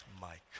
Mike